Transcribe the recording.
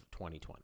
2020